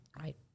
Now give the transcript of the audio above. Right